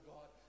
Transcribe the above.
God